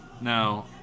Now